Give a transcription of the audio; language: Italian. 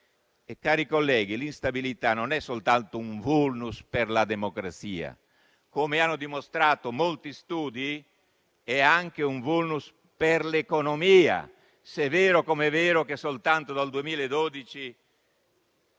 Colleghi, l'instabilità non è soltanto un *vulnus* per la democrazia ma - come hanno dimostrato molti studi - è anche un vulnus per l'economia, se è vero come è vero che l'instabilità